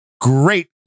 great